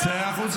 פייק,